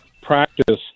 practice